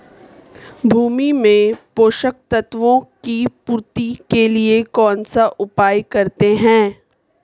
भूमि में पोषक तत्वों की पूर्ति के लिए कौनसा उपाय करते हैं?